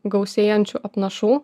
gausėjančių apnašų